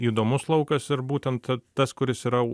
įdomus laukas ir būtent tas kuris yra